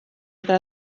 eta